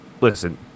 listen